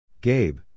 Gabe